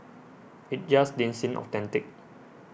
it just didn't seem authentic